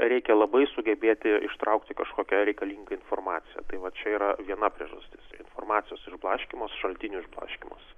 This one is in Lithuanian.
reikia labai sugebėti ištraukti kažkokią reikalingą informaciją tai va čia yra viena priežastis informacijos išblaškymas šaltinių išblaškymas